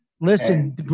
Listen